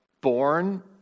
born